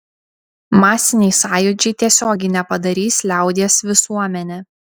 masiniai sąjūdžiai tiesiogiai nepadarys liaudies visuomene